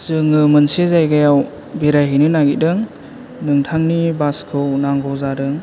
जोङो मोनसे जायगायाव बेरायहैनो नागिरदों नोंथांनि बासखौ नांगौ जादों